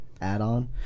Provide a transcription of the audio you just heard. add-on